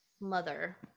mother